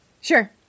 Sure